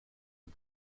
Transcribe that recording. and